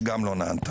שגם לא נענתה.